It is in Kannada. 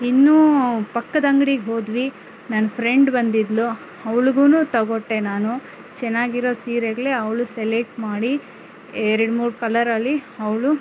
ಇನ್ನು ಪಕ್ಕದ ಅಂಗಡಿಗೆ ಹೋದ್ವಿ ನನ್ನ ಫ್ರೆಂಡ್ ಬಂದಿದ್ಳು ಅವ್ಳಿಗೂ ತೆಕ್ಕೊಟ್ಟೆ ನಾನು ಚೆನ್ನಾಗಿರೋ ಸೀರೆಗಳೇ ಅವಳು ಸೆಲೆಟ್ ಮಾಡಿ ಎರಡು ಮೂರು ಕಲರಲ್ಲಿ ಅವಳು